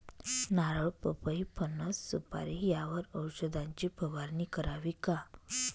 नारळ, पपई, फणस, सुपारी यावर औषधाची फवारणी करावी का?